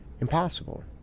impossible